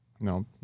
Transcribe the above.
No